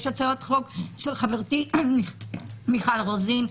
יש הצעת חוק של חברתי מיכל רוזין,